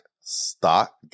stock